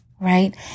Right